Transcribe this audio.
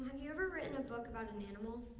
you ever written a book about an animal?